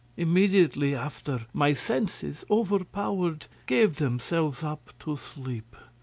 immediately after, my senses, overpowered, gave themselves up to sleep,